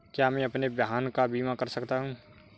क्या मैं अपने वाहन का बीमा कर सकता हूँ?